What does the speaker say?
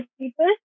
people